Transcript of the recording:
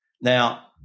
Now